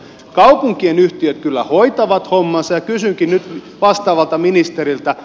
kaupunkien yhtiöt kyllä hoitavat hommansa ja kysynkin nyt vastaavalta ministeriltä